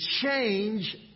change